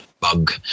bug